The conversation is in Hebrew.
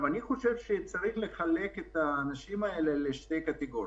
אני חושב שצריך לחלק את האנשים האלה לשתי קטגוריות: